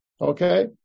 Okay